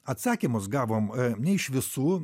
atsakymus gavom ne iš visų